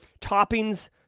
toppings